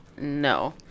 no